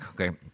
okay